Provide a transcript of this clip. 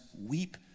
weep